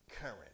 current